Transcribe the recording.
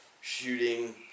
Shooting